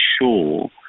sure